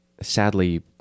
Sadly